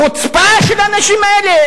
חוצפה של האנשים האלה?